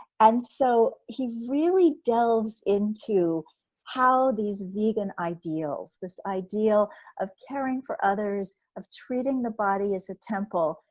and so he really delves into how these vegan ideals, this ideal of caring for others, of treating the body as a temple,